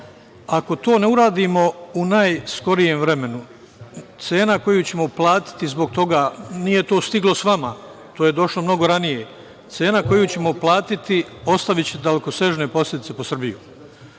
Ako to ne uradimo u najskorijem vremenu cena koju ćemo platiti zbog toga, nije to stiglo sa vama, to je došlo mnogo ranije, ostaviće dalekosežne posledice po Srbiju.